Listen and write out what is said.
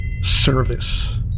service